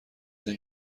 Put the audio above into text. این